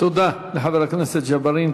תודה לחבר הכנסת ג'בארין.